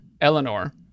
eleanor